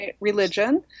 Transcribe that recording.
religion